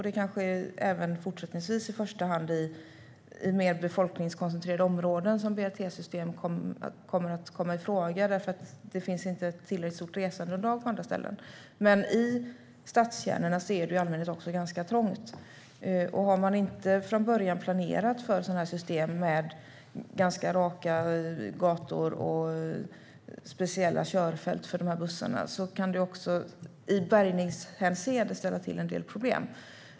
Det kanske även fortsättningsvis i första hand blir i mer befolkningskoncentrerade områden som BRT-systemet kommer att komma i fråga. Det finns inte tillräckligt stort resandeunderlag på andra ställen. Men i stadskärnorna är det i allmänhet också ganska trångt. Om man inte från början har planerat för sådana här system med ganska raka gator och speciella körfält för bussarna kan det i bärgningshänseende ställa till en del problem.